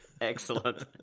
Excellent